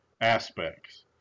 aspects